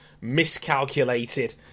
miscalculated